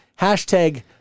hashtag